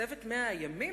צוות 100 הימים,